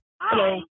Hello